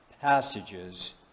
passages